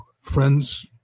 friends